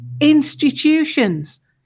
institutions